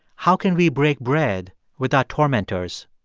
how can we break bread with our tormentors?